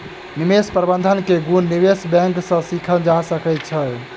निवेश प्रबंधन के गुण निवेश बैंक सॅ सीखल जा सकै छै